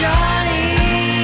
Johnny